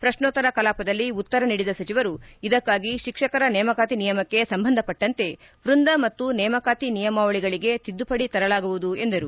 ಪ್ರಕ್ನೋತ್ತರ ಕಲಾಪದಲ್ಲಿ ಉತ್ತರ ನೀಡಿದ ಸಚಿವರು ಇದಕ್ಕಾಗಿ ಶಿಕ್ಷಕರ ನೇಮಕಾತಿ ನಿಯಮಕ್ಕೆ ಸಂಬಂಧಪಟ್ಟಂತೆ ವೃಂದ ಮತ್ತು ನೇಮಕಾತಿ ನಿಯಾಮವಳಗಳಿಗೆ ತಿದ್ದುಪಡಿ ತರಲಾಗುವುದು ಎಂದರು